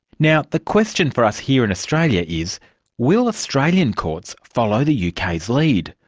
now the question for us here in australia is will australian courts follow the uk's lead?